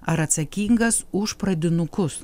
ar atsakingas už pradinukus